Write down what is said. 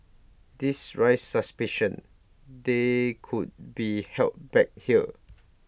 this raised suspicion they could be help back here